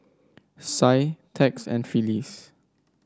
Sie Tex and Phyliss